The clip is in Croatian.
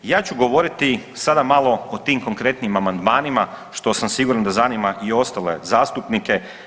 Ja ću govoriti sada malo o tim konkretnim amandmanima, što sam siguran da zanima i ostale zastupnike.